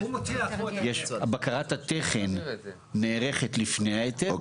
בקרת התכן נערכת לפני ההיתר,